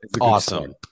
Awesome